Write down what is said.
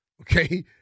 Okay